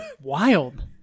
wild